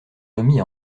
remis